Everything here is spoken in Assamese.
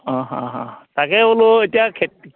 অঁ হ তাকে বোলো এতিয়া খেতি